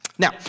Now